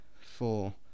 four